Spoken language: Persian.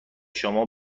شما